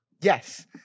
Yes